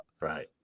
Right